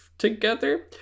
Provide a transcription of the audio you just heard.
together